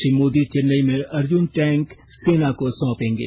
श्री मोदी चेन्नई में अर्जुन टैंक सेना को सौंपेंगे